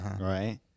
right